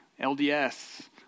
LDS